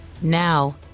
Now